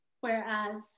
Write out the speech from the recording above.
whereas